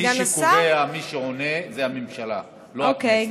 מי שקובע מי עונה זו הממשלה ולא הכנסת.